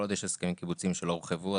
כל עוד יש הסכמים קיבוציים שלא הורחבו,